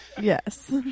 yes